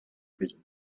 prison